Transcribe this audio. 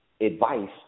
advice